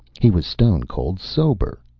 he was stone cold sober.